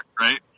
right